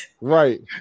Right